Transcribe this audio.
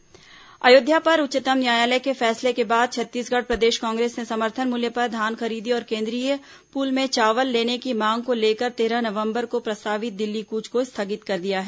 कांग्रेस आंदोलन स्थगित अयोध्या पर उच्चतम न्यायालय के फैसले के बाद छत्तीसगढ़ प्रदेश कांग्रेस ने समर्थन मूल्य पर धान खरीदी और केंद्रीय पूल में चावल लेने की मांग को लेकर तेरह नवंबर को प्रस्तावित दिल्ली कूच को स्थगित कर दिया है